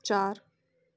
ਚਾਰ